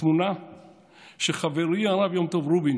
התמונה שחברי הרב יום טוב רובין